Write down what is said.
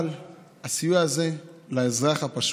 אבל הסיוע הזה הוא לאזרח הפשוט,